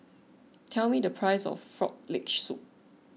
tell me the price of Frog Leg Soup